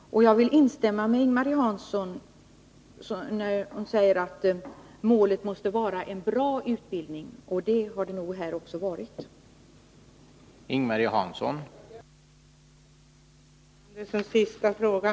Jag vill instämma med Ing-Marie Hansson när hon säger att målet måste vara en bra utbildning, och det har det också varit fråga om på denna punkt.